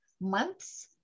months